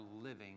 living